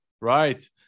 right